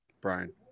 Brian